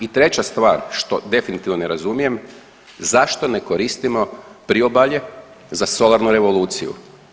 I treća stvar, što definitivno ne razumijem, zašto ne koristimo priobalje za solarnu revoluciju?